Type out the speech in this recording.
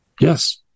Yes